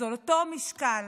אז על אותו משקל